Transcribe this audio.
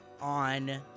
on